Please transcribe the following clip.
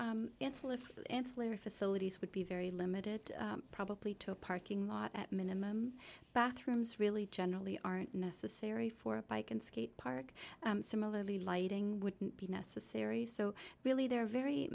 later facilities would be very limited probably took parking lot at minimum bathrooms really generally aren't necessary for a bike and skate park similarly lighting would be necessary so really they're very